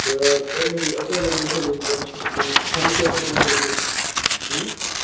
تہٕ تُہۍ مہٕ ایکامڈیشَن ہٕنٛز ٹٮ۪نشَن کیٚنٛہہ کھٮ۪نہٕ چٮ۪نُک مٔہ ہیٚیِو تُہۍ ٹٮ۪نشن